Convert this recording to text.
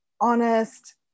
honest